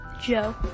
Joe